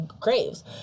graves